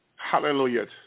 Hallelujah